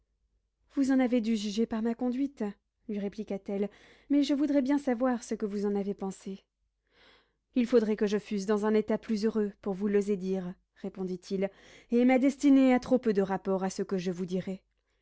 vous en avez dû juger par ma conduite lui répliqua-t-elle mais je voudrais bien savoir ce que vous en avez pensé il faudrait que je fusse dans un état plus heureux pour vous l'oser dire répondit-il et ma destinée a trop peu de rapport à ce que je vous dirais